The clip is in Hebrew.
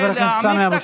חבר הכנסת סמי אבו שחאדה.